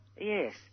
Yes